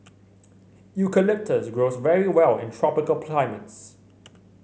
eucalyptus grows very well in tropical climates